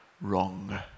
wrong